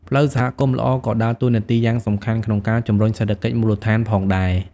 ផ្លូវសហគមន៍ល្អក៏ដើរតួនាទីយ៉ាងសំខាន់ក្នុងការជំរុញសេដ្ឋកិច្ចមូលដ្ឋានផងដែរ។